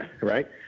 right